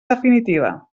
definitiva